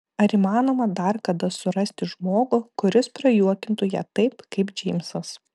ar įmanoma dar kada surasti žmogų kuris prajuokintų ją taip kaip džeimsas